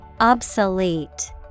Obsolete